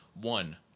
one